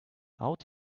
out